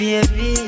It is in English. Baby